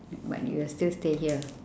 but you will still stay here